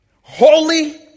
holy